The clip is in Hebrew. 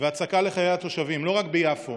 והצקה לתושבים, לא רק ביפו